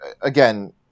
again